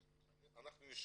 אנחנו נשקול,